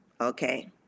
okay